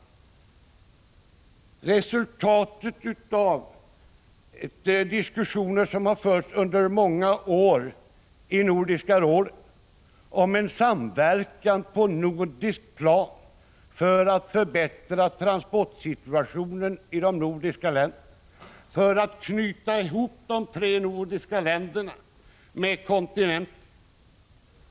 Det rör sig här om resultatet av diskussioner som har förts under många år i Nordiska rådet om samverkan i Norden för att förbättra de nordiska ländernas transportsituation. Det har gällt att knyta ihop de tre nordiska länderna med kontinenten.